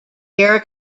air